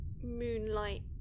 moonlight